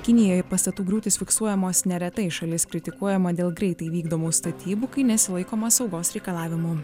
kinijoje pastatų griūtys fiksuojamos neretai šalis kritikuojama dėl greitai vykdomų statybų kai nesilaikoma saugos reikalavimų